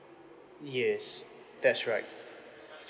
yes that's right